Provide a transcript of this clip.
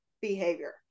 behavior